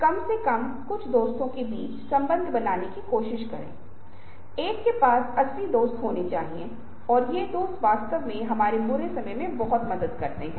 संदेश जो ग्रंथों के माध्यम से संप्रेषित किए गए थे अब छवि आधारित प्रतीकों इमोटिकॉन्स विशेष रूप से भावना आधारित चीजों में अनुवादित हैं